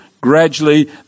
gradually